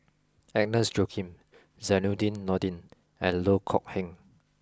Agnes Joaquim Zainudin Nordin and Loh Kok Heng